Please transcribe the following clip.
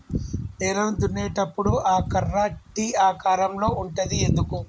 నేలను దున్నేటప్పుడు ఆ కర్ర టీ ఆకారం లో ఉంటది ఎందుకు?